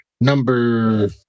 number